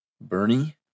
Bernie